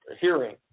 hearing